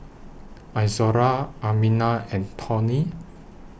Izora Amina and Tawny